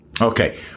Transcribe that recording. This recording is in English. okay